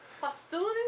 Hostility